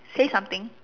say something